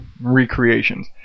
recreations